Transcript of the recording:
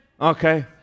Okay